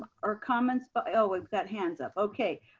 or comments? but oh, we've got hands up. okay.